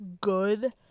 good